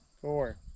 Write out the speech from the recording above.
Four